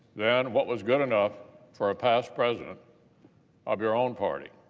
than what was good enough for a past president of your own party.